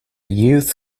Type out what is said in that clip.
youth